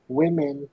women